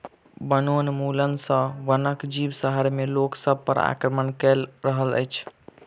वनोन्मूलन सॅ वनक जीव शहर में लोक सभ पर आक्रमण कअ रहल अछि